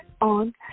on